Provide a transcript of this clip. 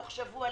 תוך שבוע,